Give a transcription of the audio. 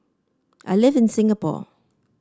I live in Singapore